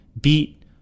beat